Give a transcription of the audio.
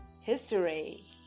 history